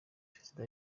perezida